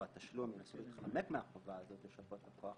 התשלום ינסו להתחמק מהחובה הזאת לשפות לקוח,